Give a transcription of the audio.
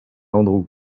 andrew